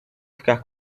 ficar